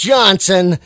Johnson